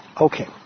Okay